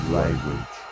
language